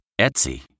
Etsy